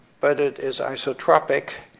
but it is isotropic,